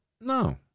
No